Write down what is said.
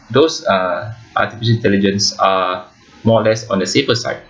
those are artificial intelligence uh more or less on the safer side